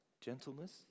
gentleness